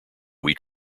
wheat